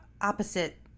opposite